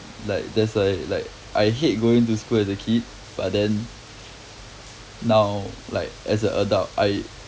like why like I hate going to school as a kid but then now like as a adult I